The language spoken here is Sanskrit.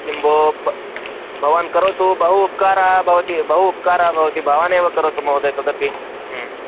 किं भो भवान् करोतु बहु उपकारः भवति बहु उपकारः भवति भवानेव करोतु महोदय तदपि